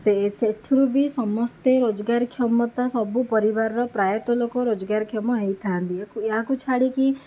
ସେ ସେଥିରୁ ବି ସମସ୍ତେ ରୋଜଗାରକ୍ଷମତା ସବୁ ପରିବାରର ପ୍ରାୟତଃ ଲୋକ ରୋଜଗାରକ୍ଷମ ହେଇଥାନ୍ତି ଏକୁ ଏହାକୁ ଛାଡ଼ିକି